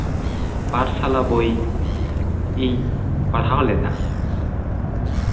ᱯᱟᱴᱷᱥᱟᱞᱟ ᱵᱳᱭ ᱤᱧ ᱯᱟᱲᱦᱟᱣ ᱞᱮᱫᱟ